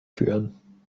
führen